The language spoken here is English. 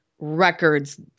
Records